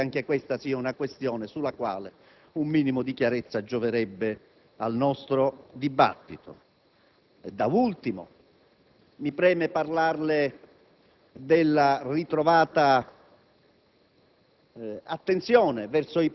per riprendere il percorso in Parlamento. Credo che anche questa sia una questione sulla quale un minimo di chiarezza gioverebbe al nostro dibattito. Da ultimo, mi preme parlarle della ritrovata